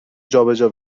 جابجا